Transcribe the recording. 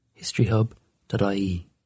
historyhub.ie